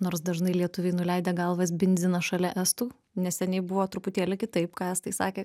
nors dažnai lietuviai nuleidę galvas binzina šalia estų neseniai buvo truputėlį kitaip ką estai sakė